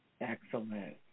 Excellent